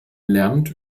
lernt